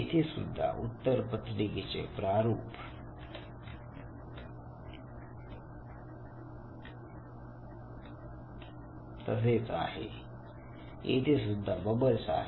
येथे सुद्धा उत्तर पत्रिकेचे प्रारूप तसेच आहे येथे सुद्धा बबल्स आहेत